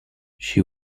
she